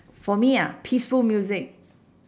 for me ah peaceful music